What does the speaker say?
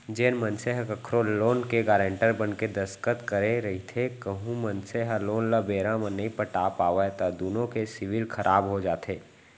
जेन मनसे ह कखरो लोन के गारेंटर बनके दस्कत करे रहिथे कहूं मनसे ह लोन ल बेरा म नइ पटा पावय त दुनो के सिविल खराब हो जाथे